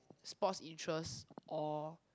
sports interest or